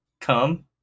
Come